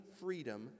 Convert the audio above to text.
freedom